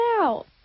out